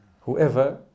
Whoever